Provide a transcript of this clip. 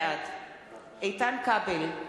בעד איתן כבל,